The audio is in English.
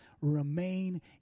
remain